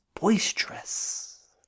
boisterous